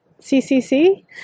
ccc